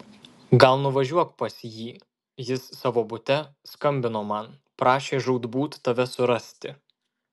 gal nuvažiuok pas jį jis savo bute skambino man prašė žūtbūt tave surasti